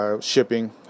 Shipping